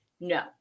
No